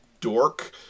Dork